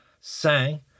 sang